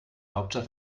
hauptstadt